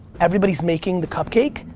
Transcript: everybody's making the cupcake,